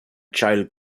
child